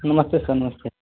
नमस्ते सर नमस्ते